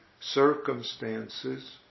circumstances